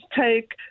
take